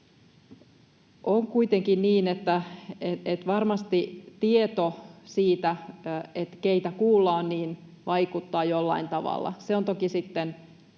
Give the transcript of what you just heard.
On kuitenkin niin, että varmasti tieto siitä, keitä kuullaan, vaikuttaa jollain tavalla. Se on toki sitten